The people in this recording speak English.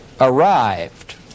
arrived